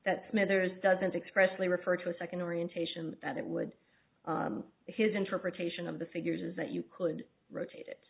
that smithers doesn't express lee referred to a second orientation that it would be his interpretation of the figures that you could rotate it